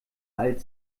alt